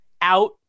out